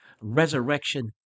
resurrection